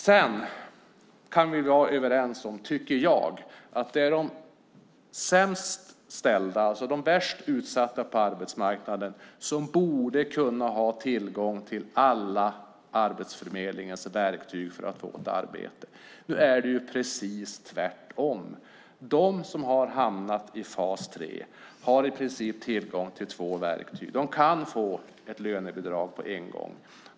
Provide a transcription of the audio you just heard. Vi kan vara överens om att det är de sämst ställda, de värst utsatta på arbetsmarknaden, som borde få tillgång till Arbetsförmedlingens alla verktyg för att få ett arbete. Nu är det precis tvärtom. De som har hamnat i fas 3 har i princip tillgång till två verktyg. De kan få ett lönebidrag på en gång.